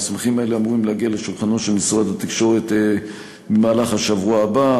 להגיע לשולחנו של משרד התקשורת במהלך השבוע הבא,